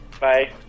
Bye